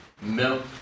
Milk